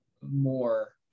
more